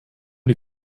die